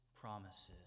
promises